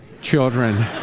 children